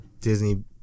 Disney